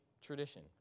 tradition